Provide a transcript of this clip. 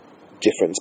difference